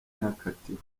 yakatiwe